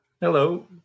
Hello